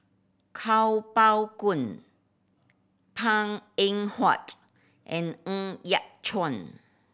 Kuo Pao Kun Png Eng Huat and Ng Yat Chuan